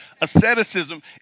Asceticism